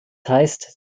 heißt